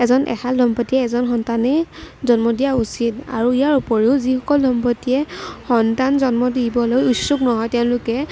এজন এহাল দম্পত্তিয়ে এজন সন্তানেই জন্ম দিয়া উচিত আৰু ইয়াৰ উপৰিও যিসকল দম্পত্তিয়ে সন্তান জন্ম দিবলৈ ইচ্ছুক নহয় তেওঁলোকে